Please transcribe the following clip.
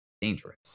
dangerous